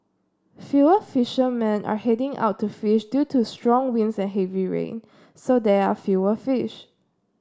fewer fishermen are heading out to fish due to strong winds and heavy rain so there are fewer fish